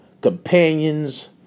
companions